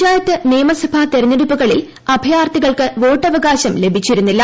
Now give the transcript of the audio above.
പഞ്ചായത്ത് നിയ്മസഭ തിരഞ്ഞെടുപ്പുകളിലെ അഭയാർത്ഥികൾക്ക് വോട്ട് അവകാശം ലഭിച്ചിരുന്നില്ല